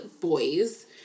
boys